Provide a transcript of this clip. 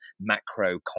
macro